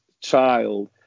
child